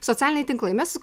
socialiniai tinklai mes